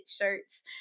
shirts